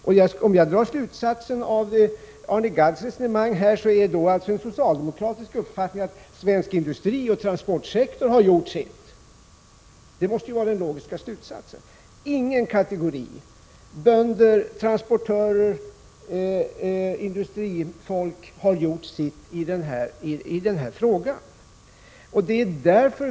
Om jag skulle dra slutsatser av Arne Gadds resonemang så är det en socialdemokratisk uppfattning att svensk industri och transportsektor har gjort sitt — det måste vara den logiska slutsatsen. Nej, ingen kategori — vare sig bönder, transportörer eller industrifolk — har gjort sitt i miljöfrågan.